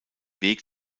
weg